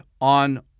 on